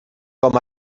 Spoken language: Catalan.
com